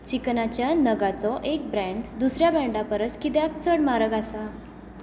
चिकनाचे नगाचो एक ब्रँड दुसऱ्या ब्रँडा परस कित्याक चड म्हारग आसा